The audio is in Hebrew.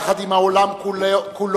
יחד עם העולם כולו,